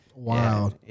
Wow